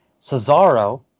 Cesaro